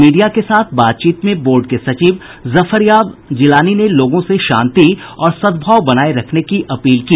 media के साथ बातचीत में बोर्ड के सचिव जफरयाब जिलानी ने लोगों से शांति और सद्भाव बनाये रखने की अपील की